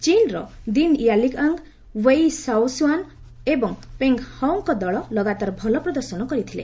ଚୀନ୍ର Ding Yaliang Wei Shaoxuan ଏବଂ Feng ହାଓଙ୍କ ଦଳ ଲଗାତାର ଭଲ ପ୍ରଦର୍ଶନ କରିଥିଲେ